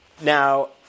Now